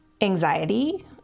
anxiety